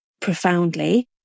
profoundly